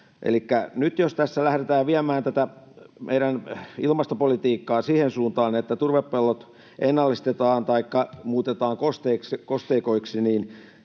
nyt jos tässä lähdetään viemään tätä meidän ilmastopolitiikkaa siihen suuntaan, että turvepellot ennallistetaan taikka muutetaan kosteikoiksi, niin